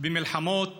במלחמות